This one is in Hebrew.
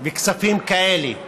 וכספים כאלה.